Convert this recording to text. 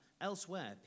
elsewhere